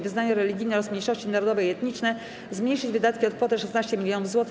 Wyznania religijne oraz mniejszości narodowe i etniczne zmniejszyć wydatki o kwotę 16 mln zł.